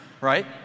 right